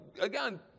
again